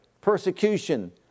persecution